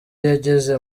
yageze